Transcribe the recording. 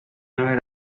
verdadera